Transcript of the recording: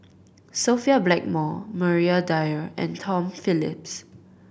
Sophia Blackmore Maria Dyer and Tom Phillips